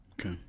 Okay